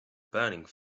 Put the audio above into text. burning